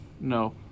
No